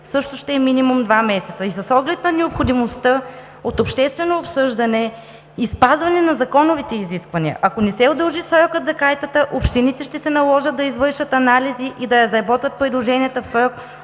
също ще е минимум два месеца. С оглед на необходимостта от обществено обсъждане и спазване на законовите изисквания, ако не се удължи срокът за Картата, общините ще се наложи да извършат анализи и да разработят предложенията в срок